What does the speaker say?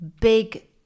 big